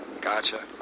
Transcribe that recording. Gotcha